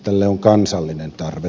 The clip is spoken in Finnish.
tälle on kansallinen tarve